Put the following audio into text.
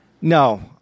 No